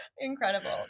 Incredible